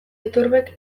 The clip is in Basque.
iturbek